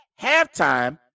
halftime